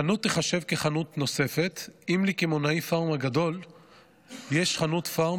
חנות תיחשב לחנות נוספת אם לקמעונאי הפארם הגדול יש חנות פארם